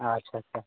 ᱟᱪᱪᱷᱟ ᱪᱷᱟ